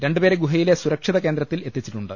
രണ്ടു പേരെ ഗുഹയിലെ സുരക്ഷിത കേന്ദ്രത്തിൽ എത്തിച്ചിട്ടുണ്ട്